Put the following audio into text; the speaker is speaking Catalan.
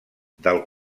del